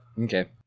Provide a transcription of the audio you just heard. Okay